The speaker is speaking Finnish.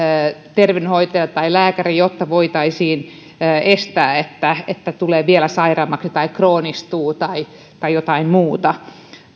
terveydenhoitajalle tai lääkäriin jotta voitaisiin estää että että tulee vielä sairaammaksi tai kroonistuu tai tai jotain muuta